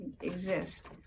exist